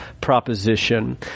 proposition